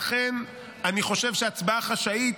לכן, אני חושב שההצבעה החשאית,